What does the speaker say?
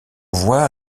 vois